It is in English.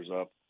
up